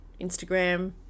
Instagram